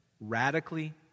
radically